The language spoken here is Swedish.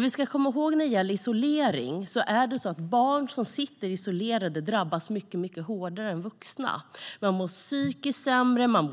Vi ska komma ihåg när det gäller isolering att barn som sitter isolerade drabbas mycket hårdare än vuxna. De mår psykiskt